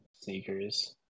sneakers